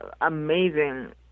amazing